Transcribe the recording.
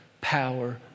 power